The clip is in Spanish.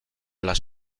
las